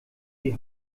die